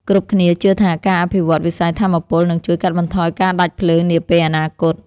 គ្រប់គ្នាជឿថា ការអភិវឌ្ឍន៍វិស័យថាមពលនឹងជួយកាត់បន្ថយការដាច់ភ្លើងនាពេលអនាគត។